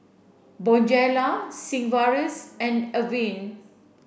Bonjela Sigvaris and Avene